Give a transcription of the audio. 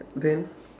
then